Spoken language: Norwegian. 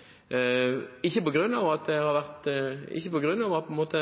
ikke vært drevet fram av CO2-priser. To ganger i løpet av den tiden EUs kvotemarked